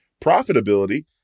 profitability